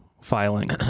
filing